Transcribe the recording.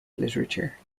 literature